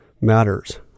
matters